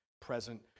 present